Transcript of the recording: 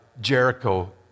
Jericho